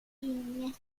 inget